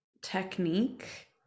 technique